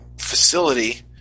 facility